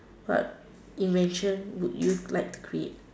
what invention would you like to create